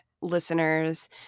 listeners